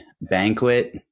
banquet